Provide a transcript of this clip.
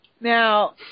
Now